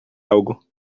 algo